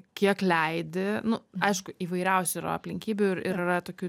kiek leidi nu aišku įvairiausių yra aplinkybių ir ir yra tokių